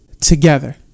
together